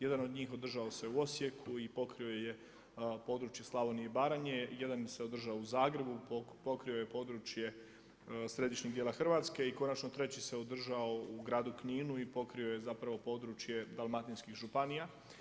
Jedan od njih održao se u Osijeku i pokrio je područje Slavonije i Baranje, jedan se održao u Zagrebu, pokrio je područje središnjeg dijela Hrvatske i konačno treći se održao u gradu Kninu i pokrio je područje dalmatinskih županija.